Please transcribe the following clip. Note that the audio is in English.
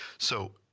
so,